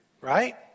right